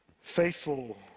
faithful